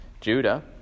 Judah